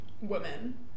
women